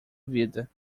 vida